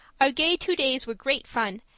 our gay two days were great fun,